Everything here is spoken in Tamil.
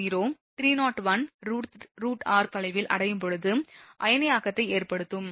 0301√r தொலைவில் அடையும் போது அயனியாக்கத்தை ஏற்படுத்தும்